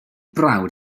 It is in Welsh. brawd